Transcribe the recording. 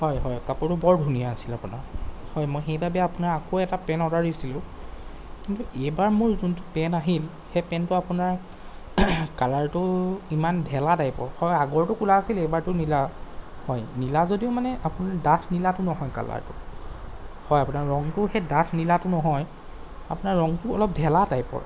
হয় হয় কাপোৰটো বৰ ধুনীয়া আছিল আপোনাৰ হয় মই সেইবাবে আপোনাৰ আকৌ এটা পেণ্ট অৰ্ডাৰ দিছিলোঁ কিন্তু এইবাৰ মোৰ যোনটো পেণ্ট আহিল সেই পেণ্টটো আপোনাৰ কালাৰটো ইমান ঢেলা টাইপৰ হয় আগৰটো ক'লা আছিলে এইবাৰটো নীলা হয় নীলা যদিও মানে আপোনাৰ ডাঠ নীলাটো নহয় কালাৰটো হয় আপোনাৰ ৰঙটো সেই ডাঠ নীলাটো নহয় আপোনাৰ ৰঙটো অলপ ঢেলা টাইপৰ